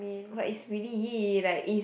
but is really like if